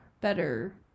better